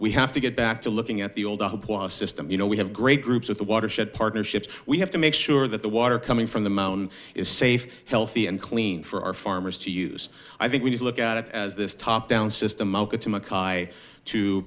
we have to get back to looking at the old system you know we have great groups at the watershed partnerships we have to make sure that the water coming from the mountain is safe healthy and clean for our farmers to use i think we need to look at it as this top down system